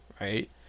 right